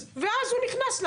ואז הוא נכנס לה.